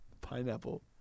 pineapple